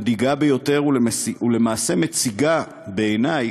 מדאיגה ביותר ולמעשה מציגה, בעיני,